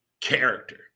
character